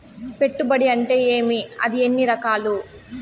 పెట్టుబడి అంటే ఏమి అది ఎన్ని రకాలు